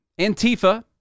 Antifa